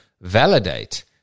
validate